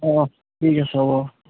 অঁ ঠিক আছে হ'ব